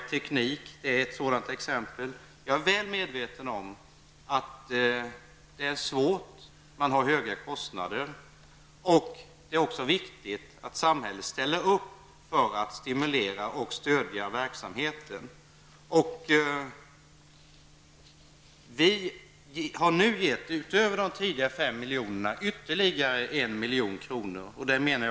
Teknik är ett exempel här. Jag är väl medveten om att det finns svårigheter och att man har höga kostnader. Det är viktigt att samhället ställer upp och stimulerar och stödjer verksamheten. Utöver de tidigare fem miljonerna har vi nu gett ytterligare en miljon.